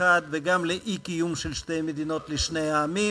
אחד וגם לאי-קיום של שתי מדינות לשני העמים,